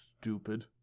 Stupid